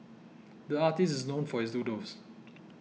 the artist is known for his doodles